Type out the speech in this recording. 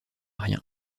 rien